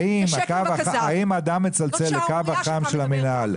אם אדם מתקשר לקו החם של המינהל,